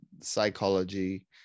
psychology